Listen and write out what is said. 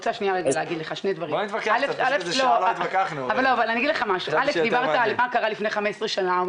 דברת על מה קרה לפני 15 שנה.